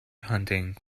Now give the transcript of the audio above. hunting